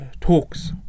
talks